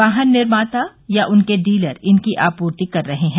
वाहन निर्माता या उनके डीलर इनकी आपूर्ति कर रहे हैं